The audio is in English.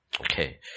Okay